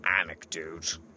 anecdote